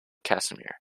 casimir